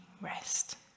rest